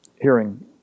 hearing